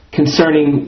concerning